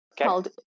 called